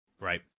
Right